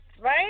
right